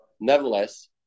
Nevertheless